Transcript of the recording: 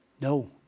no